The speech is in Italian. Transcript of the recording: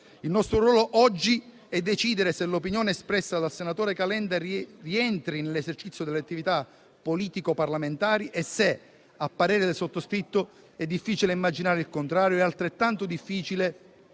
Il nostro ruolo oggi è decidere se l'opinione espressa dal senatore Calenda rientri nell'esercizio delle attività politico-parlamentari. Se, a parere del sottoscritto, è difficile immaginare il contrario, è altrettanto difficile